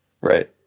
Right